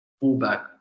fullback